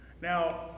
now